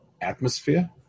atmosphere